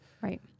Right